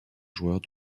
joueurs